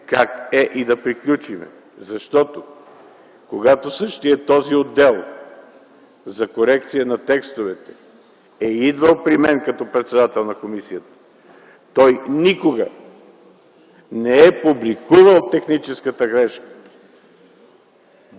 как е и да приключим. Когато същият този отдел за корекция на текстовете е идвал при мен като председател на комисията, той никога не е публикувал техническата грешка без волята